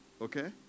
Okay